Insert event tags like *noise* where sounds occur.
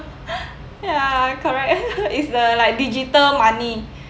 ya correct *laughs* is the like digital money